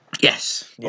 Yes